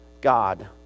God